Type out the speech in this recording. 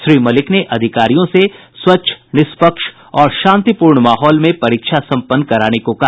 श्री मलिक ने अधिकारियों से स्वच्छ निष्पक्ष और शांतिपूर्ण माहौल में परीक्षा संपन्न कराने को कहा